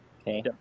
Okay